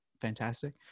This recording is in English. fantastic